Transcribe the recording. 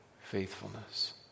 faithfulness